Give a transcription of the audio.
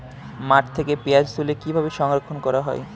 মাঠ থেকে পেঁয়াজ তুলে কিভাবে সংরক্ষণ করা হয়?